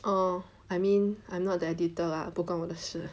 orh I mean I'm not the editor lah 不关我的事